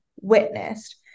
witnessed